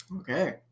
Okay